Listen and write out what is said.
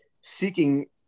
seeking